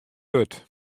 wurd